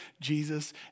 Jesus